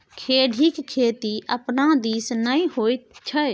खेढ़ीक खेती अपना दिस नै होए छै